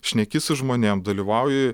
šneki su žmonėm dalyvauji